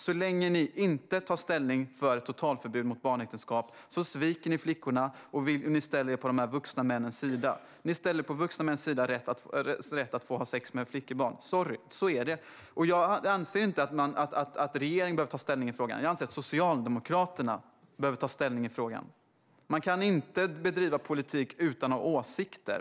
Så länge ni inte tar ställning för ett totalförbud mot barnäktenskap sviker ni flickorna och ställer er på de vuxna männens sida, för deras rätt att få ha sex med flickebarn. Sorry - så är det. Jag anser inte att regeringen behöver ta ställning i frågan; jag anser att Socialdemokraterna behöver ta ställning i frågan. Man kan inte bedriva politik utan att ha åsikter.